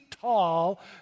tall